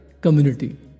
community